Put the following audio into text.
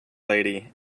lady